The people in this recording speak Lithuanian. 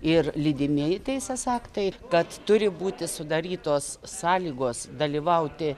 ir lydimieji teisės aktai kad turi būti sudarytos sąlygos dalyvauti